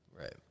Right